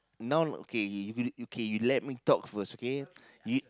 now okay you okay okay you let me talk first okay